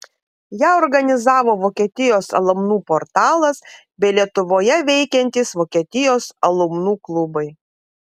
ją organizavo vokietijos alumnų portalas bei lietuvoje veikiantys vokietijos alumnų klubai